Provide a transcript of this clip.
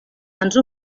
ens